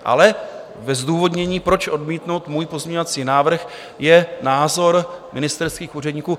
Ale ve zdůvodnění, proč odmítnout můj pozměňovací návrh, je názor ministerských úředníků: